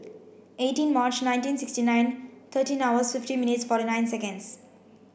eighteen March nineteen sixty nine thirteen hours fifty minutes forty nine seconds